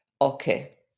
okay